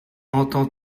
entends